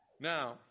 Now